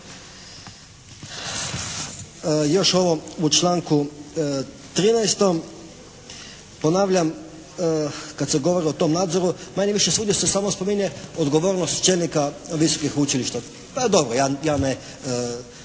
još ovo. U članku 13. ponavljam, kad se govori o tom nadzoru. Manje-više se samo spominje odgovornost čelnika Visokih učilišta. Pa dobro. Ja ne